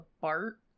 BART